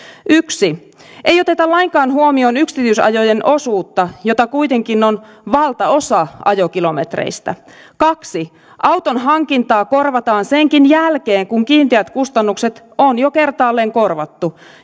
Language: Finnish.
yksi ei oteta lainkaan huomioon yksityisajojen osuutta jota kuitenkin on valtaosa ajokilometreistä kaksi auton hankintaa korvataan senkin jälkeen kun kiinteät kustannukset on jo kertaalleen korvattu